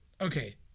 Okay